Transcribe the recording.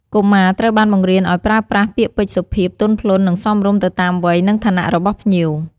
កុមារត្រូវបានបង្រៀនឲ្យប្រើប្រាស់ ពាក្យពេចន៍សុភាព ទន់ភ្លន់ និងសមរម្យទៅតាមវ័យ និងឋានៈរបស់ភ្ញៀវ។